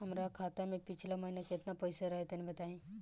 हमरा खाता मे पिछला महीना केतना पईसा रहे तनि बताई?